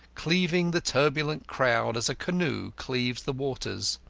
cleaving the turbulent crowd as a canoe cleaves the waters.